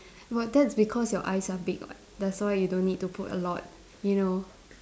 but that's because your eyes are big [what] that's why you don't need to put a lot you know